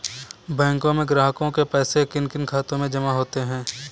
बैंकों में ग्राहकों के पैसे किन किन खातों में जमा होते हैं?